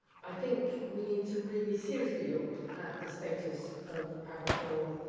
i think we need to really seriously look at the status of aberthaw,